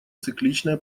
цикличная